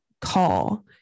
call